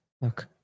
Look